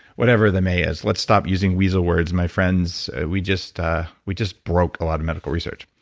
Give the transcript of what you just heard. whatever that may is. let's stop using weasel words, my friends. we just we just broke a lot of medical research.